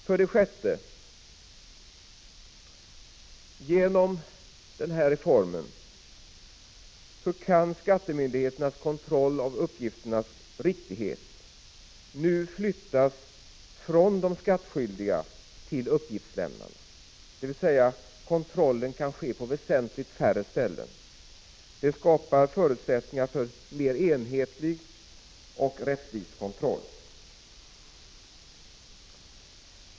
För det sjätte kan genom den föreslagna reformen skattemyndigheternas kontroll av uppgifternas riktighet nu flyttas från de skattskyldiga till uppgiftslämnarna, dvs. kontrollen kan ske på väsentligt färre ställen. Det skapar förutsättningar för en mer enhetlig och rättvis kontroll.